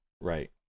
Right